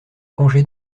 congé